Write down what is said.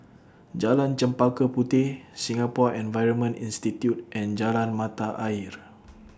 Jalan Chempaka Puteh Singapore Environment Institute and Jalan Mata Ayer